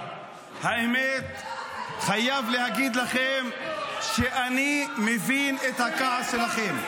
האמת, חייב להגיד לכם שאני מבין את הכעס שלכם.